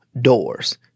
doors